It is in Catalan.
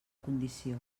condició